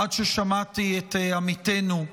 עד ששמעתי את עמיתנו,